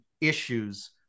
issues